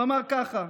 הוא אמר כך: